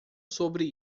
sobre